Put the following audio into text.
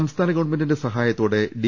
സംസ്ഥാന ഗവൺമെന്റിന്റെ സഹായത്തോടെ ഡി